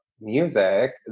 music